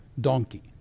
donkey